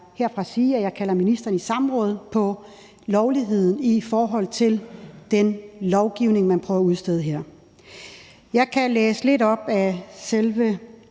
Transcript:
herfra sige, at jeg kalder ministeren i samråd om lovligheden i forhold til den lovgivning, man her prøver at udstede. Jeg kan læse lidt op af selve